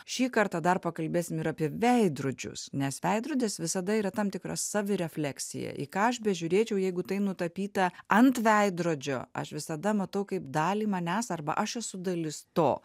šį kartą dar pakalbėsim ir apie veidrodžius nes veidrodis visada yra tam tikra savirefleksija į ką aš bežiūrėčiau jeigu tai nutapyta ant veidrodžio aš visada matau kaip dalį manęs arba aš esu dalis to